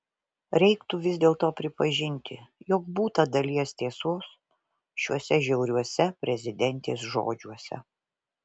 reiktų vis dėlto pripažinti jog būta dalies tiesos šiuose žiauriuose prezidentės žodžiuose